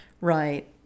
Right